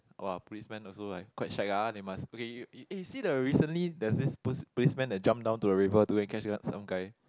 !wah! policeman also like quite shag ah they must okay you you eh see the recently there's this police policeman that jump down to a river to eh catch uh some guy